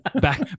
back